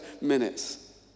minutes